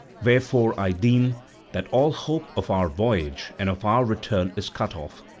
wherefore i deem that all hope of our voyage and of our return is cut off.